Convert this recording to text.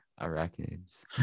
arachnids